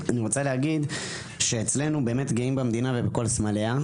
אני רוצה להגיד שאצלנו באמת גאים במדינה ובכל סמליה.